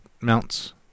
mounts